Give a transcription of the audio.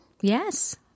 Yes